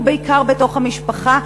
ובעיקר בתוך המשפחה,